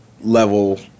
level